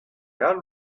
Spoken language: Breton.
all